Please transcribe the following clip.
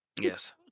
Yes